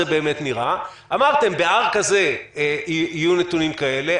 באמת נראה אמרתם שב-R כזה יהיו נתונים כאלה,